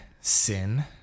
sin